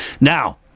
Now